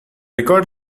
record